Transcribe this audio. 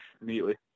immediately